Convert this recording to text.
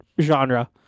genre